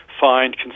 find